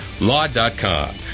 law.com